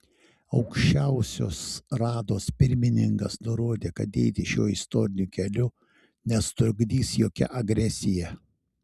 aukščiausiosios rados pirmininkas nurodė kad eiti šiuo istoriniu keliu nesutrukdys jokia agresija